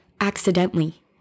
Accidentally